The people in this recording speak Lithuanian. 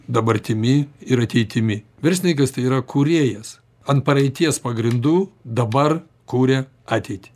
dabartimi ir ateitimi verslininkas tai yra kūrėjas ant praeities pagrindų dabar kuria ateitį